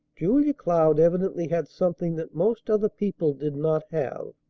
julia cloud evidently had something that most other people did not have,